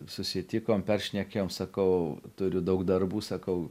susitikom peršnekėjom sakau turiu daug darbų sakau